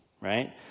right